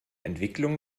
entwicklung